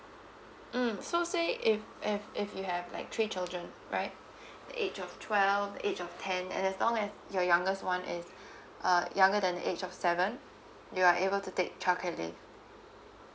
mm so say if have if you have like three children right the age of twelve the age of ten as long as your youngest one is uh younger than the age of seven you are able to take childcare leave